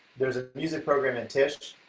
there's a music program in tisch.